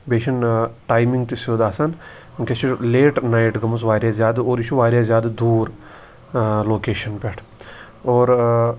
بیٚیہِ چھُنہٕ ٹایمِنٛگ تہِ سیوٚد آسان وٕنۍکٮ۪س چھِ لیٹ نایٹ گٔمٕژ واریاہ زیادٕ اور یہِ چھُ واریاہ زیادٕ دوٗر لوکیشَن پٮ۪ٹھ اور